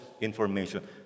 information